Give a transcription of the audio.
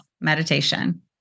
meditation